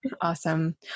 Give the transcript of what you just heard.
Awesome